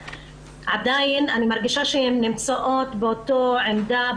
אני מרגישה שהנשים עדיין נמצאות באותה עמדה,